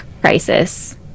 crisis